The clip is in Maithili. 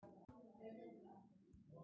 यातायात बीमा से आदमी के मन निफिकीर बनलो रहै छै